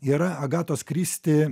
yra agatos kristi